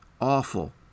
awful